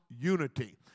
unity